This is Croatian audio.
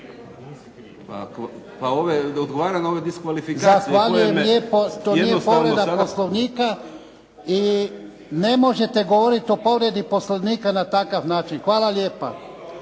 … **Jarnjak, Ivan (HDZ)** Zahvaljujem lijepo. To nije povreda Poslovnika i ne možete govorit o povredi Poslovnika na takav način. Hvala lijepa.